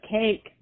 cake